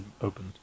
opened